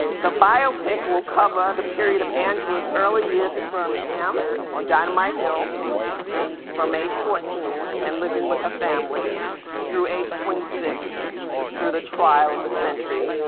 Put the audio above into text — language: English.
the biopic will cover the period of angela's early years in birmingham on dynamite hill from age fourteen and living with a family through age twenty six through the trial of the century,